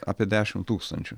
apie dešimt tūkstančių